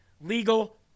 legal